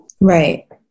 Right